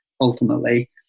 ultimately